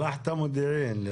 שלחת מודיעין.